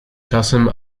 czasem